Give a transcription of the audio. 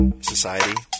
society